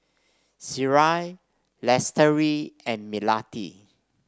Syirah Lestari and Melati